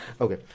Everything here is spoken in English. Okay